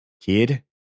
kid